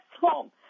home